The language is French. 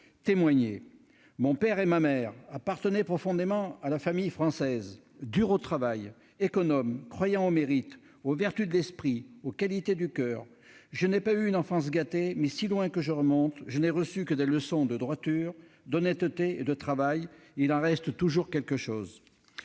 ainsi :« Mon père et ma mère appartenaient profondément à la famille française, dure au travail, économe, croyant au mérite, aux vertus de l'esprit, aux qualités du coeur. Je n'ai pas eu une enfance gâtée, mais si loin que je remonte je n'ai reçu que des leçons de droiture, d'honnêteté et de travail. Il en reste toujours quelque chose